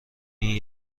این